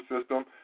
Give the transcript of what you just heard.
system